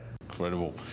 Incredible